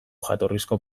jatorrizko